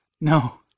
No